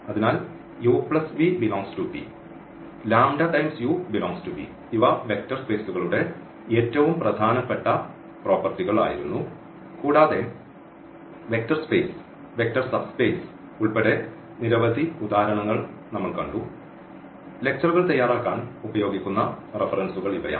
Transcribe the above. അതിനാൽ u v∈V u∈V ഇവ vector സ്പെയ്സുകളുടെ ഏറ്റവും പ്രധാനപ്പെട്ട പ്രോപ്പർട്ടികൾ ആയിരുന്നു കൂടാതെ വെക്റ്റർ സ്പെയ്സ് വെക്റ്റർ സബ്സ്പേസ് ഉൾപ്പെടെ നിരവധി ഉദാഹരണങ്ങൾ നമ്മൾകണ്ടു ലെക്ച്ചറുകൾ തയ്യാറാക്കാൻ ഉപയോഗിക്കുന്ന റഫറൻസുകൾ ഇവയാണ്